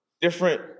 different